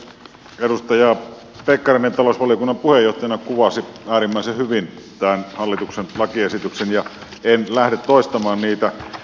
edustaja pekkarinen talousvaliokunnan puheenjohtajana kuvasi äärimmäisen hyvin tämän hallituksen lakiesityksen ja en lähde toistamaan sitä